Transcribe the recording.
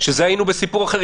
שהיינו בסיפור אחר.